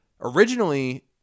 Originally